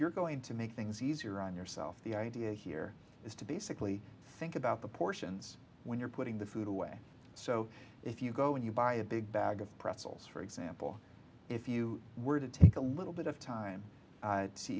you're going to make things easier on yourself the idea here is to basically think about the portions when you're putting the food away so if you go and you buy a big bag of pretzels for example if you were to take a little bit of time